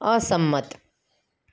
અસંમત